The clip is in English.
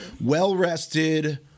Well-rested